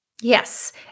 Yes